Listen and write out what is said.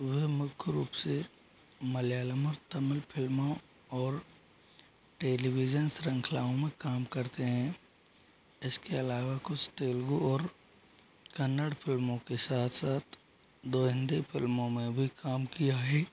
वह मुक्ख रूप से मलयालम और तमिल फ़िल्मों और टेलीविज़न श्रृंखलाओं में काम करते हैं इसके अलावा कुछ तेलगु और कन्नड फ़िल्मों के साथ साथ दो हिंदी फ़िल्मों में भी काम किया हे